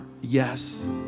yes